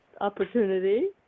opportunity